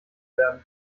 werden